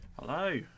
Hello